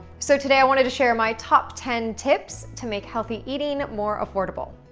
so today, i wanted to share my top ten tips to make healthy eating more affordable.